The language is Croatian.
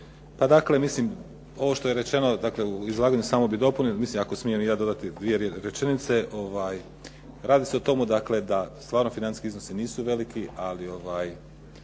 Pa dakle mislim ovo što je rečeno, dakle u izlaganju, samo bih dopunio, mislim ako smijem i ja dodati dvije rečenice, radi se o tome dakle, da stvarno financijski iznosi nisu veliki ali da